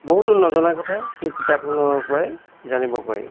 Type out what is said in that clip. বহুতো নজনা কথা সেই কিতাপখনৰ পৰাই জানিব পাৰি